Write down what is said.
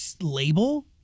label